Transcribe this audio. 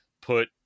put